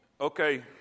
Okay